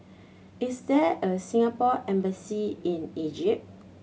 is there a Singapore Embassy in Egypt